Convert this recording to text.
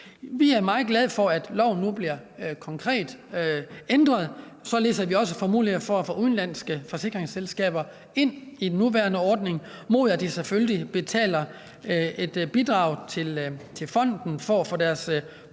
Vi er meget glade for, at loven nu bliver konkret ændret, således at vi også får mulighed for at få udenlandske forsikringsselskaber ind i den nuværende ordning mod, at de selvfølgelig betaler et bidrag til fonden for at få deres